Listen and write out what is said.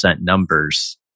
numbers